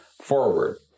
forward